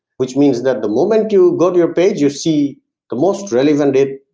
which means that the moment you go to your page, you see the most relevant date,